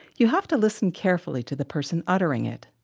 you have to listen carefully to the person uttering it.